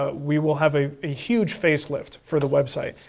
ah we will have a ah huge facelift for the website.